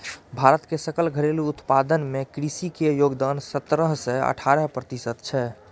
भारत के सकल घरेलू उत्पादन मे कृषि के योगदान सतरह सं अठारह प्रतिशत छै